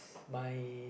my